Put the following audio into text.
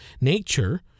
Nature